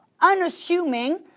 unassuming